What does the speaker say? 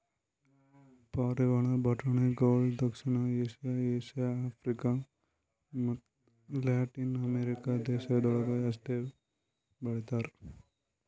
ಪಾರಿವಾಳ ಬಟಾಣಿಗೊಳ್ ದಕ್ಷಿಣ ಏಷ್ಯಾ, ಏಷ್ಯಾ, ಆಫ್ರಿಕ ಮತ್ತ ಲ್ಯಾಟಿನ್ ಅಮೆರಿಕ ದೇಶಗೊಳ್ದಾಗ್ ಅಷ್ಟೆ ಬೆಳಿತಾರ್